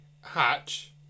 hatch